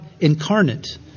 incarnate